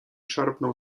szarpnął